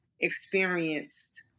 experienced